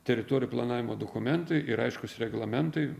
teritorijų planavimo dokumentai ir aiškūs reglamentai